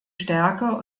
stärker